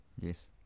Yes